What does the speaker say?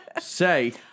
Say